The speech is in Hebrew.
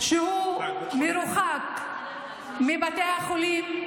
שהוא מרוחק מבתי החולים.